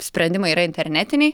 sprendimai yra internetiniai